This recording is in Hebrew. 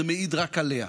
זה מעיד רק עליה,